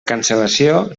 cancel·lació